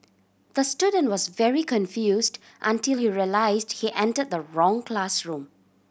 the student was very confused until he realised he entered the wrong classroom